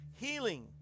Healing